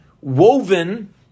woven